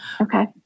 Okay